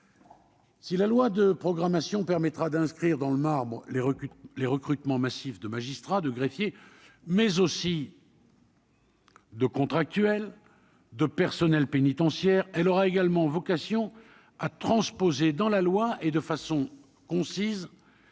Si la loi de programmation permettra d'inscrire dans le marbre les recrues les recrutements massifs de magistrats, de greffiers, mais aussi. 2 contractuel de personnels pénitentiaires, elle aura également vocation à transposer dans la loi et de façon concise